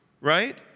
right